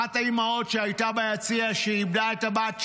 אחת האימהות שהייתה ביציע, שאיבדה את הבת שלה,